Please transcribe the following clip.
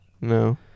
No